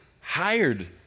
hired